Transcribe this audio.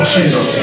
Jesus